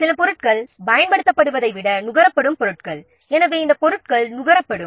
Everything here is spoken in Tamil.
சில பொருட்கள் பயன்படுத்தப்படுவதை விட நுகரப்படும் பொருட்களாக இருக்கும்